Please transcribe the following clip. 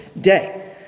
day